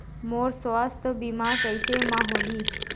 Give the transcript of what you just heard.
मोर सुवास्थ बीमा कैसे म होही?